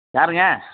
யாருங்க